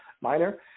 minor